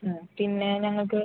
ആ പിന്നെ ഞങ്ങൾക്ക്